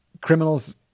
criminals